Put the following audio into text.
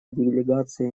делегации